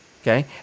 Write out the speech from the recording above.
okay